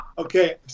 okay